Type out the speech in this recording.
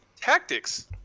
Tactics